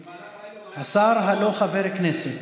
במהלך הלילה הוא גם היה, השר הלא חבר כנסת.